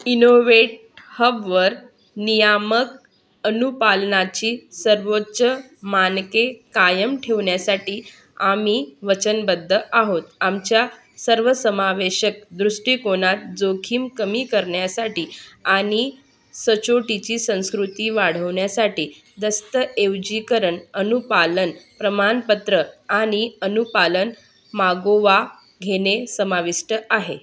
innovate हबवर नियामक अनुपालनाची सर्वोच्च मानके कायम ठेवण्यासाठी आम्ही वचनबद्ध आहोत आमच्या सर्वसमावेशक दृष्टिकोनात जोखीम कमी करण्यासाठी आणि सचोटीची संस्कृती वाढवण्यासाठी दस्तऐवजीकरण अनुपालन प्रमाणपत्र आणि अनुपालन मागोवा घेणे समाविष्ट आहे